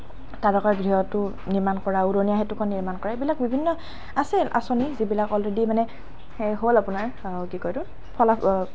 তাৰকা গৃহটো নিৰ্মাণ কৰা উৰণীয়া সেতুখন নিৰ্মাণ কৰা এইবিলাক বিভিন্ন আছে আঁচনি যিবিলাক অলৰেডি মানে শেষ হ'ল আপোনাৰ কি কয় এইটো ফলক